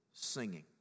singing